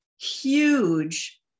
huge